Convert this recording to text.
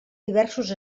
diversos